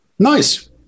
Nice